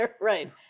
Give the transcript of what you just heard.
Right